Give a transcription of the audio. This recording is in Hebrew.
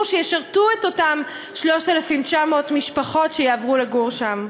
שישרתו את אותם 3,900 משפחות שיעברו לגור שם?